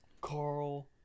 Carl